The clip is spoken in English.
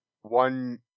One